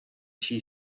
she